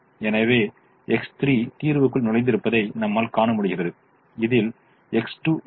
எனவே X3 தீர்வுக்குள் நுழைந்திருப்பதை நம்மால் காண முடிகிறது இதில் X2 இல்லை